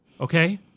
Okay